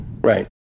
Right